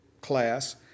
class